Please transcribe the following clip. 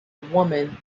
woman